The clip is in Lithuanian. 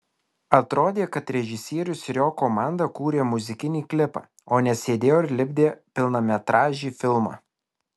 atrodė kad režisierius ir jo komanda kūrė muzikinį klipą o ne sėdėjo ir lipdė pilnametražį filmą